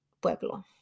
pueblo